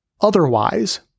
otherwise